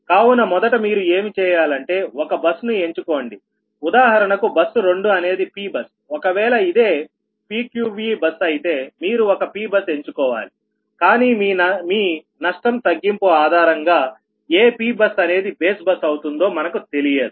కావున మొదట మీరు ఏమి చేయాలంటే ఒక బస్ ను ఎంచుకోండి ఉదాహరణకు బస్ 2 అనేది Pబస్ ఒకవేళ ఇదే PQVబస్ అయితే మీరు ఒక Pబస్ ఎంచుకోవాలి కానీ మీ నష్టం తగ్గింపు ఆధారంగా ఏ Pబస్ అనేది బేస్ బస్ అవుతుందో మనకు తెలియదు